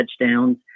touchdowns